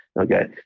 Okay